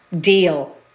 deal